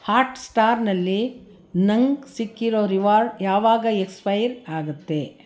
ಹಾಟ್ಸ್ಟಾರ್ನಲ್ಲಿ ನಂಗೆ ಸಿಕ್ಕಿರೋ ರಿವಾರ್ಡ್ ಯಾವಾಗ ಎಕ್ಸ್ಪೈರ್ ಆಗುತ್ತೆ